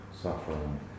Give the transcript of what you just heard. suffering